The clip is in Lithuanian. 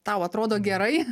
tau atrodo gerai